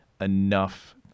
enough